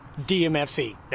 DMFC